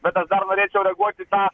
bet aš dar norėčiau reaguot į tą